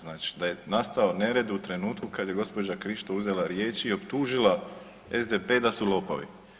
Znači da je nastao nered u trenutku kada je gospođa Krišto uzela riječ i optužila SDP-e da su lopovi.